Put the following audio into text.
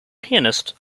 pianist